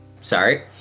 Sorry